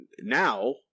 now